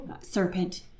serpent